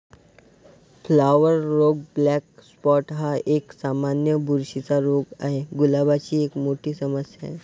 flower रोग black spot हा एक, सामान्य बुरशीचा रोग आहे, गुलाबाची एक मोठी समस्या आहे